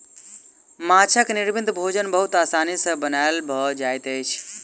माँछक निर्मित भोजन बहुत आसानी सॅ बनायल भ जाइत अछि